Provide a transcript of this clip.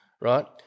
right